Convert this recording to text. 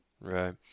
Right